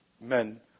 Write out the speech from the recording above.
men